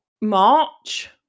march